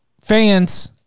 Fans